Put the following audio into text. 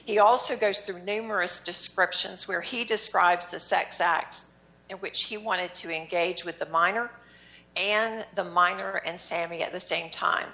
he also goes through numerous descriptions where he describes the sex acts in which he wanted to engage with the minor and the minor and sammy at the same time